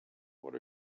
what